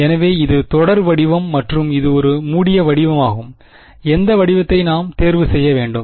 எனவே இது தொடர் வடிவம் மற்றும் இது ஒரு மூடிய வடிவமாகும் எந்த வடிவத்தை நாம் தேர்வு செய்ய வேண்டும்